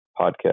podcast